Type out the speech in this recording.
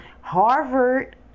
Harvard